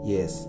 Yes